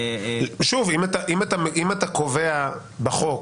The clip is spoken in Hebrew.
אם אתה קובע בחוק,